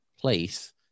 place